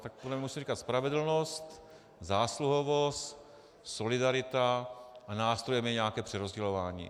Tak to nemusí říkat spravedlnost, zásluhovost, solidarita a nástrojem je nějaké přerozdělování.